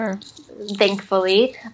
thankfully